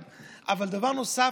1. דבר נוסף,